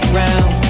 round